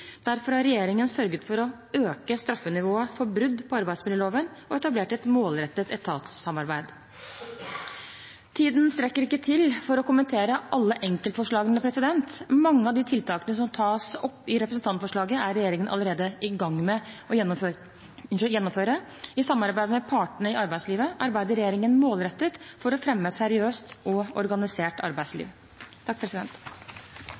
Derfor har regjeringen sørget for å øke straffenivået for brudd på arbeidsmiljøloven og etablert et målrettet etatssamarbeid. Tiden strekker ikke til for å kommentere alle enkeltforslagene. Mange av de tiltakene som tas opp i representantforslaget, er regjeringen allerede i gang med å gjennomføre. I samarbeid med partene i arbeidslivet arbeider regjeringen målrettet for å fremme et seriøst og organisert